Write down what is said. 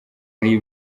bari